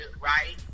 right